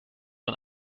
man